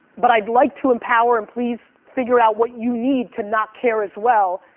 but i'd like to empower and please, figure out what you need to not care as well.